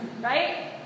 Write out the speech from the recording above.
Right